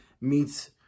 meets